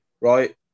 right